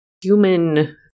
human